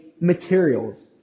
materials